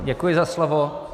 Děkuji za slovo.